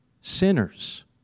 sinners